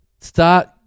Start